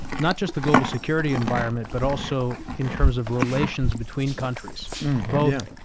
not just the global security environment, but also in terms of relations between countries but yeah.